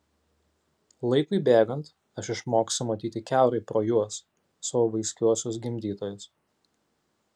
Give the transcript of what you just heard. laikui bėgant aš išmoksiu matyti kiaurai pro juos savo vaiskiuosius gimdytojus